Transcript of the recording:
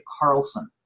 Carlson